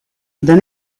then